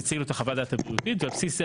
הציג לו את חוות הדעת הבריאותית ועל בסיס זה